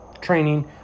training